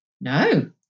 no